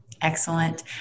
Excellent